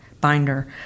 Binder